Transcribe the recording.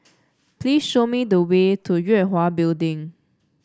please show me the way to Yue Hwa Building